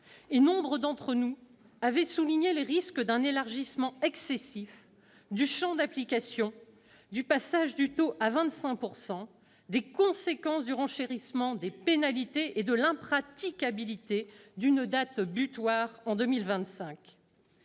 Nombre d'entre nous avaient souligné les risques d'un élargissement excessif du champ d'application, du passage du taux à 25 %, des conséquences du renchérissement des pénalités et de l'impraticabilité d'une date butoir en 2025.